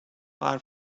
far